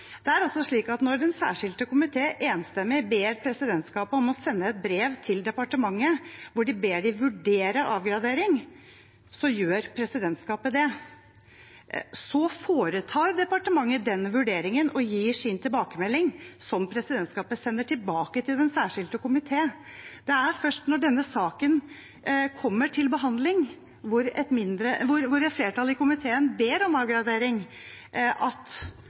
Det er slik at når den særskilte komité enstemmig ber presidentskapet om å sende et brev til departementet hvor de ber dem vurdere avgradering, gjør presidentskapet det. Så foretar departementet den vurderingen og gir sin tilbakemelding som presidentskapet sender tilbake til den særskilte komité. Det er først når denne saken kommer til behandling hvor et flertall i komiteen ber om avgradering, at